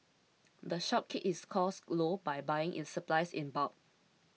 the shop keeps its costs low by buying its supplies in bulk